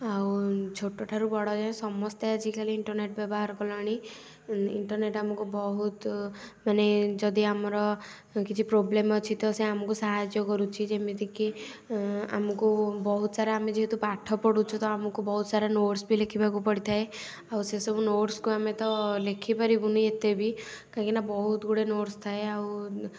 ଆଉ ଛୋଟ ଠାରୁ ବଡ଼ ଯାଏ ସମସ୍ତେ ଆଜିକାଲି ଇଣ୍ଟରନେଟ୍ ବ୍ୟବହାର କଲେଣି ଇଣ୍ଟରନେଟ୍ ଆମକୁ ବହୁତ ମାନେ ଯଦି ଆମର କିଛି ପ୍ରୋବ୍ଲେମ ଅଛି ତ ସେ ଆମକୁ ସାହାଯ୍ୟ କରୁଛି ଯେମିତି କି ଆମକୁ ବହୁତ ସାରା ଆମେ ଯେହେତୁ ପାଠ ପଢ଼ୁଛୁ ତ ଆମକୁ ବହୁତ ସାରା ନୋଟ୍ସ ବି ଲେଖିବାକୁ ପଡ଼ିଥାଏ ଆଉ ସେ ସବୁ ନୋଟ୍ସକୁ ଆମେ ତ ଲେଖି ପାରିବୁନି ଏତେ ବି କାହିଁକି ନା ବହୁତଗୁଡ଼ିଏ ନୋଟ୍ସ ଥାଏ ଆଉ